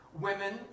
women